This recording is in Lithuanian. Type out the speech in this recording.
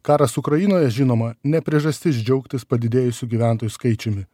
karas ukrainoje žinoma ne priežastis džiaugtis padidėjusiu gyventojų skaičiumi